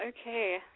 Okay